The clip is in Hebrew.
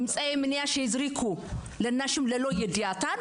אמצעי מניעה שהזריקו לנשים ללא ידיעתן,